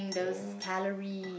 yeah